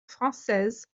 française